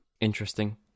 interesting